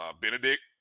Benedict